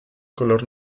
color